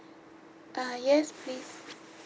uh yes please